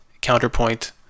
counterpoint